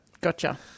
Gotcha